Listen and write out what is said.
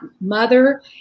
mother